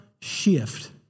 shift